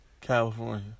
California